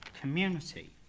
community